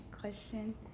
question